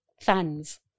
fans